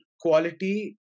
quality